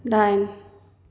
दाइन